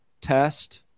test